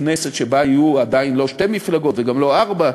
כנסת שבה יהיו עדיין לא שתי מפלגות וגם לא ארבע,